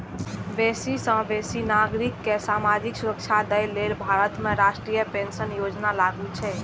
बेसी सं बेसी नागरिक कें सामाजिक सुरक्षा दए लेल भारत में राष्ट्रीय पेंशन योजना लागू छै